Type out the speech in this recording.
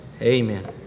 amen